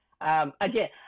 Again